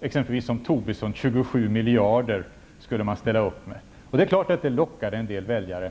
mer pengar -- Lars Tobisson lovade exempelvis att man skulle ställa upp med 27 miljarder. Det är klart att det lockade en del väljare.